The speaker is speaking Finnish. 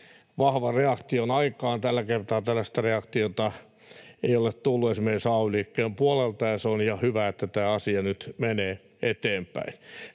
vahvan reaktion aikaan. Tällä kertaa tällaista reaktiota ei ole tullut esimerkiksi ay-liittojen puolelta, ja se on ihan hyvä, että tämä asia nyt menee eteenpäin.